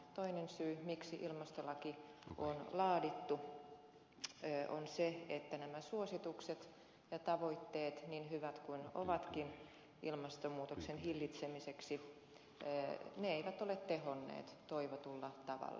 toinen syy miksi ilmastolaki on laadittu on se että nämä suositukset ja tavoitteet niin hyvät kuin ovatkin ilmastonmuutoksen hillitsemiseksi eivät ole tehonneet toivotulla tavalla